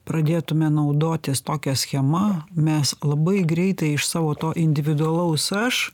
pradėtume naudotis tokia schema mes labai greitai iš savo to individualaus aš